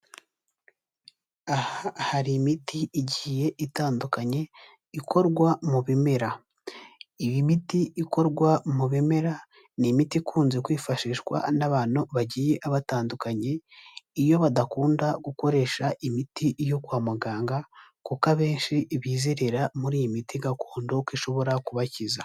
Aha hari imiti igiye itandukanye, ikorwa mu bimera, iyi imiti ikorwa mu bimera ni imiti ikunze kwifashishwa n'abantu bagiye batandukanye, iyo badakunda gukoresha imiti yo kwa muganga, kuko abenshi bizerera muri iyi miti gakondo ko ishobora kubakiza.